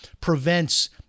prevents